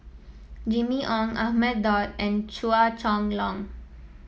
Jimmy Ong Ahmad Daud and Chua Chong Long